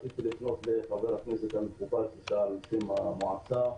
רציתי לפנות לחבר הכנסת המכובד ששאל על שם המועצה.